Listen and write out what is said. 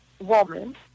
woman